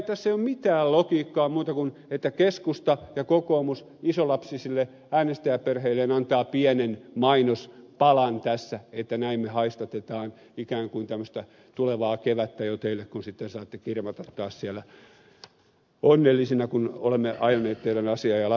tässä ei ole mitään muuta logiikkaa kuin se että keskusta ja kokoomus monilapsisille äänestäjäperheilleen antavat pienen mainospalan tässä että näin me haistatamme ikään kuin tämmöistä tulevaa kevättä jo teille kun sitten saatte kirmata taas siellä onnellisina kun olemme ajaneet teidän asiaanne ja lapsetkin jotain saavat